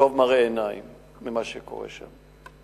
טוב מראה עיניים של מה שקורה שם.